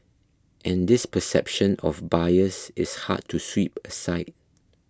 and this perception of bias is hard to sweep aside